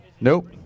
Nope